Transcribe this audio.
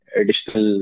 additional